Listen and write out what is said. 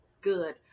good